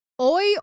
Oi